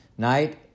Night